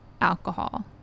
alcohol